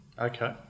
Okay